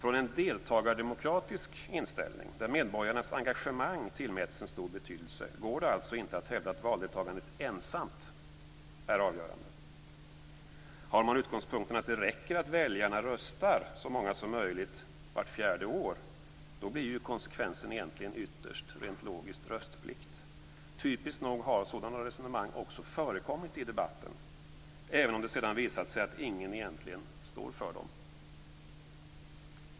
Med en deltagardemokratisk inställning, där medborgarnas engagemang tillmäts en stor betydelse, går det alltså inte att hävda att valdeltagandet ensamt är avgörande. Har man utgångspunkten att det räcker att så många som möjligt av väljarna röstar vart fjärde år blir konsekvensen, rent logiskt, ytterst röstplikt. Typiskt nog har sådana resonemang också förekommit i debatten, även om det sedan visat sig att ingen egentligen står för dem.